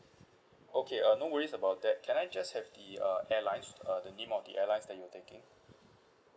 okay uh no worries about that can I just have the uh airlines uh the name of the airlines that you were taking